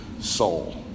Soul